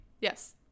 Yes